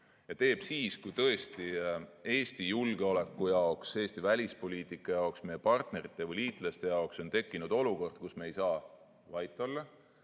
neid siis, kui tõesti Eesti julgeoleku jaoks ja Eesti välispoliitika jaoks, meie partnerite või liitlaste jaoks on tekkinud olukord, kus me ei saa vait olla